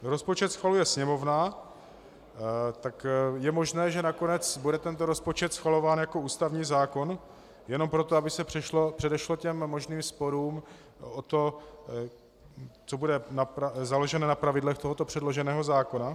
Rozpočet schvaluje Sněmovna, tak je možné, že nakonec bude tento rozpočet schvalován jako ústavní zákon jenom proto, aby se předešlo možným sporům o to, co bude založeno na pravidlech tohoto předloženého zákona?